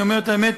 אני אומר את האמת,